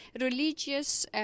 religious